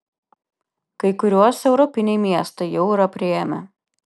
kai kuriuos europiniai miestai jau yra priėmę